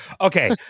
Okay